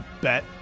bet